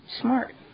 smart